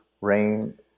rain